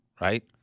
right